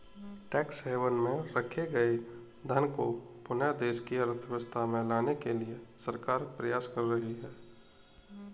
tax haven में रखे गए धन को पुनः देश की अर्थव्यवस्था में लाने के लिए सरकार प्रयास कर रही है